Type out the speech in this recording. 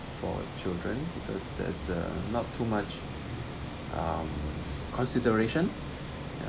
for children because there's uh not too much um consideration ya